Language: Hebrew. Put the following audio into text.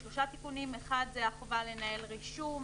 האחד זה החובה לנהל רישום,